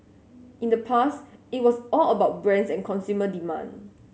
in the past it was all about brands and consumer demand